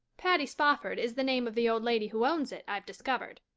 patty spofford is the name of the old lady who owns it, i've discovered.